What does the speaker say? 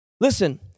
Listen